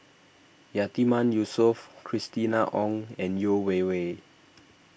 Yatiman Yusof Christina Ong and Yeo Wei Wei